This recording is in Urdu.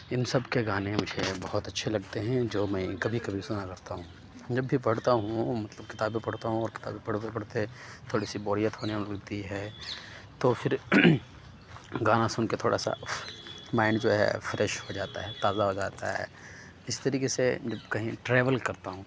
ان سب کے گانے مجھے بہت اچھے لگتے ہیں جو میں کبھی کبھی سنا کرتا ہوں جب بھی پڑھتا ہوں مطلب کتابیں پڑھتا ہوں اور کتابیں پڑھتے پڑھتے تھوڑی سی بوریت ہونے لگتی ہے تو پھر گانا سن کے تھوڑا سا مائنڈ جو ہے فریش ہو جاتا ہے تازہ ہو جاتا ہے اس طریقے سے جب کہیں ٹریول کرتا ہوں